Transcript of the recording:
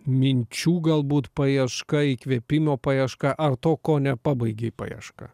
minčių galbūt paieška įkvėpimo paieška ar to ko nepabaigei paieška